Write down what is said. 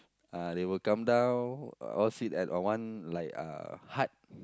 uh they will come down all sit at uh one like uh hut